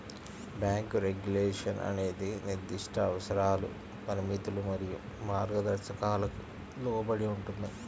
bank regulation అనేది నిర్దిష్ట అవసరాలు, పరిమితులు మరియు మార్గదర్శకాలకు లోబడి ఉంటుంది,